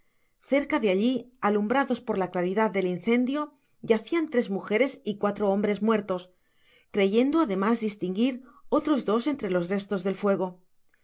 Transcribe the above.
cerca de alli alumbrados por la claridad del incendio yaoian tres mujeres y cuatro hombres muertos creyendo además distinguir otros dos entre tos restos del fuego